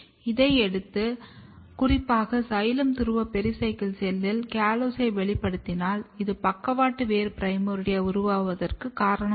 இதை எடுத்து குறிப்பாக சைலம் துருவ பெரிசைக்ளிக் செல்லில் காலோஸை வெளிப்படுத்தினால் இது பக்கவாட்டு வேர் பிரைமோர்டியா உருவாவதற்கு காரணமாகும்